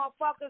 motherfuckers